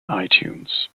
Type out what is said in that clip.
itunes